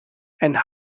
and